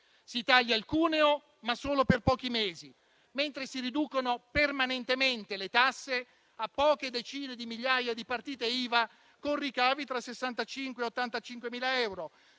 Si taglia il cuneo, ma solo per pochi mesi, mentre si riducono permanentemente le tasse a poche decine di migliaia di partite IVA, con ricavi tra 65.000 e 85.000 euro.